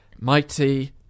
mighty